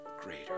greater